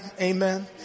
Amen